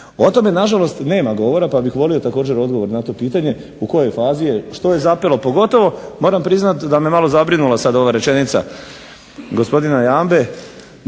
O tome na žalost nema govora, pa bih volio također odgovor na to pitanje, u kojoj fazi je, što je zapelo, pogotovo moram priznati da me zabrinula ova rečenica gospodina Jambe